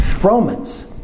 Romans